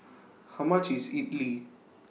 How much IS Idly